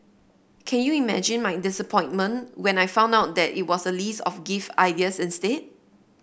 can you imagine my disappointment when I found out that it was a list of gift ideas instead